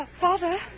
Father